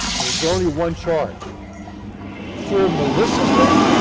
there's only one charge for maliciously,